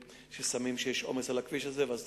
יש גם בעיה של החלק המוניציפלי וגם בתחום הביטחוני,